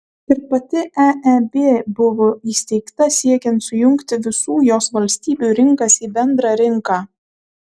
ir pati eeb buvo įsteigta siekiant sujungti visų jos valstybių rinkas į bendrą rinką